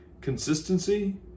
consistency